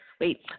Wait